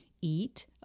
eat